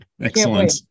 Excellent